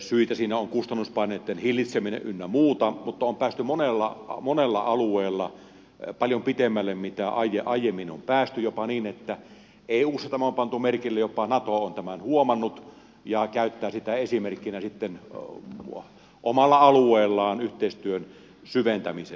syitä siinä on kustannuspaineitten hillitseminen ynnä muuta mutta on päästy monella alueella paljon pitemmälle kuin aiemmin on päästy jopa niin että eussa tämä on pantu merkille jopa nato on tämän huomannut ja käyttää sitä esimerkkinä omalla alueellaan yhteistyön syventämisessä